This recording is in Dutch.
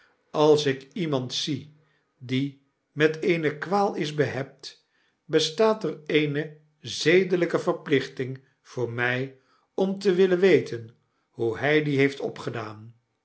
als ik iemand zie die met eene kwaal is behept bestaat er eene zedelyke verplichting voor mij om te willen weten hoe hy die heeft opgedaan